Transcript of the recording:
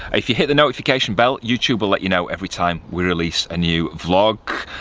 if you hit the notification bell, youtube will let you know every time we release a new vlog.